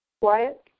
Wyatt